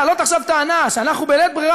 להעלות עכשיו טענה שאנחנו בלית ברירה,